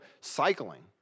cycling